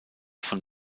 von